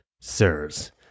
Sirs